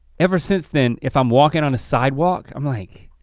ever since then, if i'm walking on a sidewalk, i'm like,